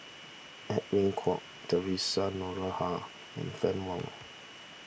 Edwin Koek theresa Noronha and Fann Wong